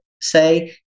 say